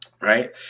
right